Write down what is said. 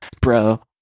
bro